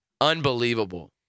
unbelievable